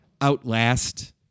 outlast